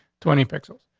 twenty pixels.